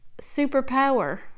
superpower